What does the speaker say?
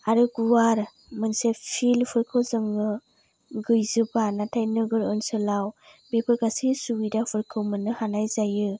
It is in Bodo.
आरो गुवार मोनसे फिल्ड फोरखौ जोङो गैजोबा नाथाय नोगोर ओनसोलाव बेफोर गासै सुबिदाफोरखौ मोननो हानाय जायो